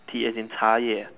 tea as in cha ye ya